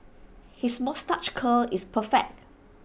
his moustache curl is perfect